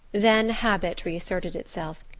then habit reasserted itself,